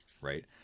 right